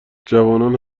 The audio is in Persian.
جوانان